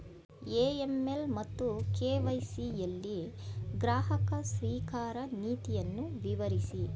AML ಮತ್ತು KYC ಯಲ್ಲಿ ಗ್ರಾಹಕ ಸ್ವೀಕಾರ ನೀತಿಯನ್ನು ವಿವರಿಸಿ?